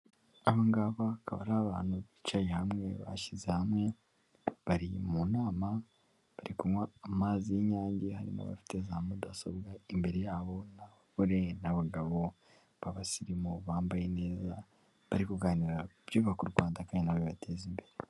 Abangaba akaba ari abantu bicaye hamwe bashyize hamwe bari mu nama bari kunywa amazi y'Inyange harimo abafite za mudasobwa imbere yabo n'abagore n'abagabo b'abasirimu bambaye neza bari kuganira ibyubaka u Rwanda kandi bibateza imbere.